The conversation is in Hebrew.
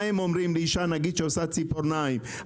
מה אומרים לאישה שמסדרת ציפורניים?